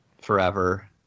forever